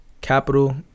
capital